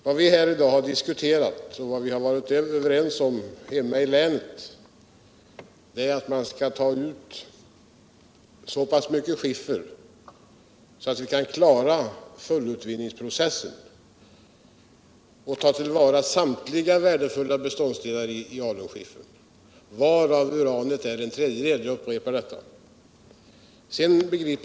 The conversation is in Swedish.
Vad vi här i dag har diskuterat och vad vi varit överens om i länet är alt man skall ta ut så pass mycket skiffer att vi kan klara fullutvinningsprocessen och ta till vara samtliga värdefulla beståndsdelar i alunskiffern, varav uranet är en tredjedel. Jag upprepar detta.